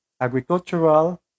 agricultural